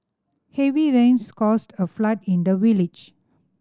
heavy rains caused a flood in the village